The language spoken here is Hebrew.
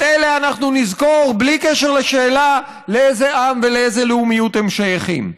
את אלה אנחנו נזכור בלי קשר לשאלה לאיזה עם ולאיזו לאומיות הם שייכים.